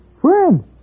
Friend